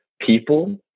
People